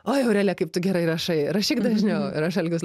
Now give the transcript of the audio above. o aurelija kaip tu gerai rašai rašyk dažniau ir aš elgiuos